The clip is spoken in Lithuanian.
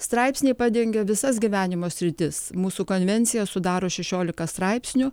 straipsniai padengia visas gyvenimo sritis mūsų konvencija sudaro šešiolika straipsnių